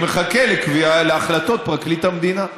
אני מחכה להחלטות פרקליט המדינה.